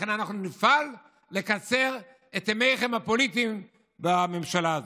לכן אנחנו נפעל לקצר את ימיכם הפוליטיים בממשלה הזאת.